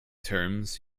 terms